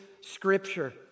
scripture